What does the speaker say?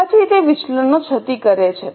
પછી તે વિચલનો છતી કરે છે